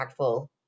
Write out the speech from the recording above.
impactful